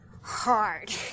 hard